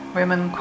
women